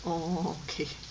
orh okay